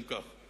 אם כך,